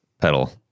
pedal